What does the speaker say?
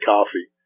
Coffee